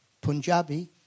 Punjabi